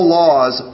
laws